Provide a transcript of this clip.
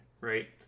right